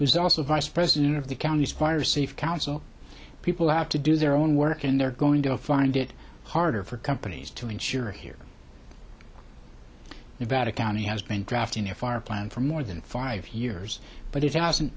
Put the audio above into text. who's also vice president of the county's fire cif council people have to do their own work and they're going to find it harder for companies to insure here about a county has been drafting a fire plan for more than five years but it hasn't